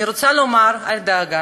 אני רוצה לומר: אל דאגה.